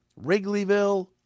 Wrigleyville